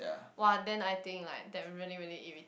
!wah! then I think like that really really irri~